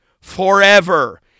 forever